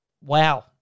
wow